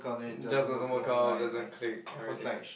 just doesn't work out doesn't click everything